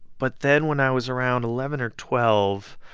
but then when i was around eleven or twelve,